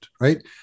right